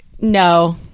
No